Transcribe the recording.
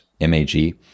M-A-G